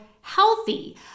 healthy